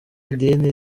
idini